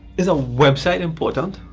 is a website important?